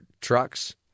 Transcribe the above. trucks